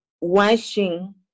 Washing